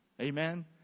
Amen